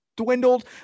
dwindled